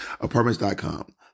Apartments.com